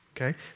Okay